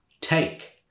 take